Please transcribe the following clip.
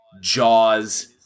Jaws